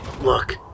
Look